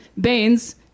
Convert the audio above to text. Baines